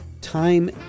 time